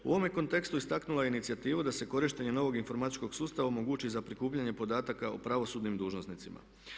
U ovome kontekstu istaknula je inicijativu da se korištenjem novog informatičkog sustava omogući za prikupljanje podataka o pravosudnim dužnosnicima.